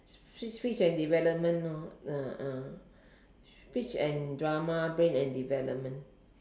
speech speech and development lor ah ah speech and drama brain and development